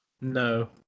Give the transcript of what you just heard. No